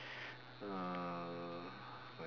uh